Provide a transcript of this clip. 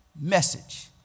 message